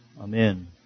Amen